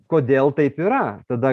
kodėl taip yra tada